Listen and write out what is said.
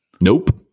Nope